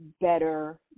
better